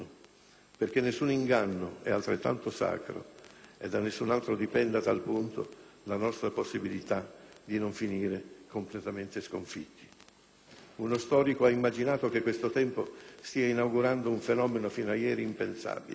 perché nessun inganno è altrettanto sacro, e da nessun altro dipende a tal punto la nostra possibilità di non finire completamente sconfitti». Uno storico ha immaginato che questo tempo stia inaugurando un fenomeno fino a ieri impensabile: